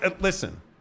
Listen